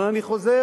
אבל אני חוזר